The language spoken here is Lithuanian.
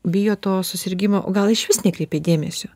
bijo to susirgimo o gal išvis nekreipia dėmesio